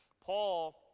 Paul